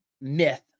myth